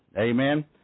Amen